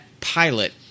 pilot